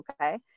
okay